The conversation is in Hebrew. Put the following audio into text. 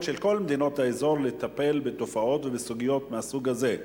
של כל מדינות האזור לטפל בתופעות ובסוגיות מהסוג הזה,